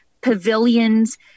pavilions